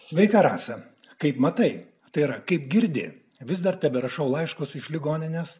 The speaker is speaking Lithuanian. sveika rasą kaip matai tai yra kaip girdi vis dar teberašau laiškus iš ligoninės